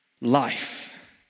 life